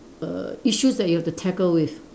err issues that you have to tackle with